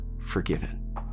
forgiven